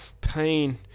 Pain